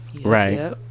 Right